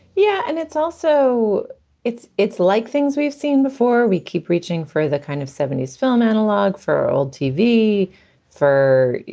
yeah. and it's also it's it's like things we've seen before. we keep reaching for that kind of seventy s film analogue for old tv for,